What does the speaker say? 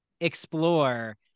explore